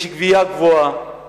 ויש גבייה גבוהה